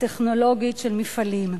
הטכנולוגית של מפעלים.